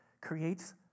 creates